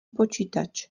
počítač